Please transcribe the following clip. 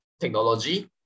technology